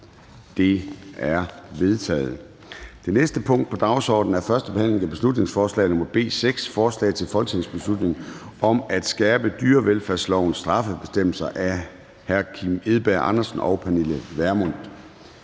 Det er vedtaget. --- Det næste punkt på dagsordenen er: 5) 1. behandling af beslutningsforslag nr. B 6: Forslag til folketingsbeslutning om at skærpe dyrevelfærdslovens straffebestemmelser. Af Kim Edberg Andersen (NB) og Pernille Vermund